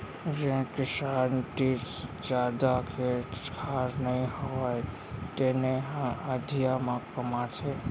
जेन किसान तीर जादा खेत खार नइ होवय तेने ह अधिया म कमाथे